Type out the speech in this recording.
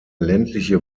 ländliche